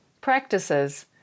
practices